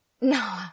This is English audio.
No